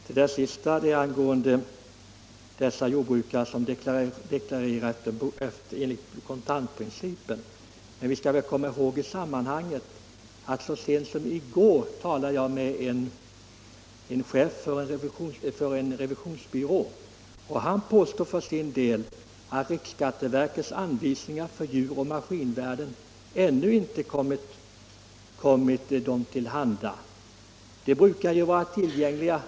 Herr talman! Ja, när det gäller sådana jordbrukare som deklarerar enligt kontantprincipen är saken klar. Men jag vill nämna att jag så sent som i går talade med chefen för en revisionsbyrå, och han påstod att riksskatteverkets anvisningar för djuroch maskinvärden ännu inte har kommit byrån till handa. Detta är naturligtvis inte tillfredsställande.